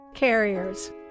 carriers